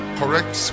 correct